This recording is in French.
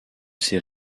ses